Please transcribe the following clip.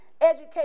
education